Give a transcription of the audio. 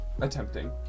attempting